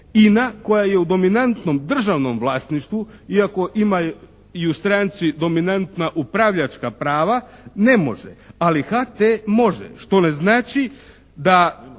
INA koja je u dominantnom državnom vlasništvu, iako ima i u stranci dominantna upravljačka prava ne može, ali HT može što ne znači da